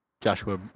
Joshua